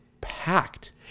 Packed